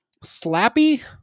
slappy